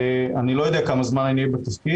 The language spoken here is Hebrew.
אני לא יודע כמה זמן אני אהיה בתפקיד,